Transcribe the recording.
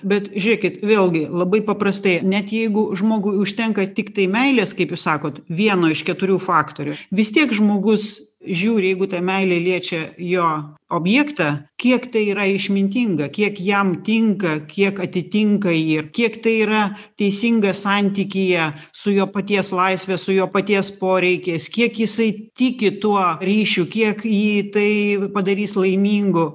bet žiūrėkit vėlgi labai paprastai net jeigu žmogui užtenka tiktai meilės kaip jūs sakot vieno iš keturių faktorių vis tiek žmogus žiūri jeigu ta meilė liečia jo objektą kiek tai yra išmintinga kiek jam tinka kiek atitinka jį ir kiek tai yra teisinga santykyje su jo paties laisve su jo paties poreikiais kiek jisai tiki tuo ryšiu kiek jį tai padarys laimingu